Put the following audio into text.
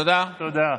תודה.